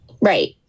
right